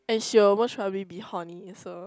and she'll most probably be horny also